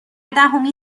دهمین